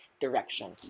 direction